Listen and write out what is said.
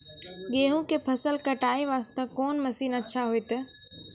गेहूँ के फसल कटाई वास्ते कोंन मसीन अच्छा होइतै?